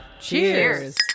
Cheers